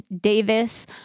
Davis